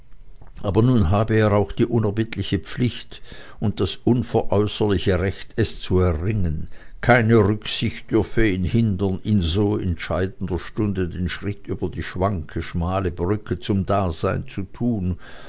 aber nun habe er auch die unerbittliche pflicht und das unveräußerliche recht es zu erringen keine rücksicht dürfe ihn hindern in so entscheidender stunde den schritt über die schwanke schmale brücke zum dasein zu tun